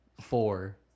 four